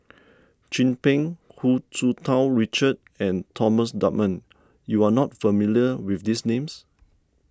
Chin Peng Hu Tsu Tau Richard and Thomas Dunman you are not familiar with these names